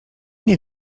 nie